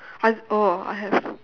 I have oh I have